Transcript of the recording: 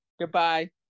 goodbye